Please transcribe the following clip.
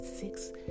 six